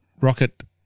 Rocket